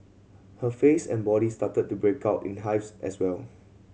her face and body started to break out in hives as well